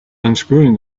unscrewing